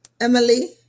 Emily